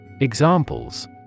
Examples